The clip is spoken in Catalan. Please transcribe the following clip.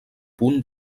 punt